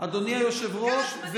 אדוני היושב-ראש,